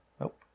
Nope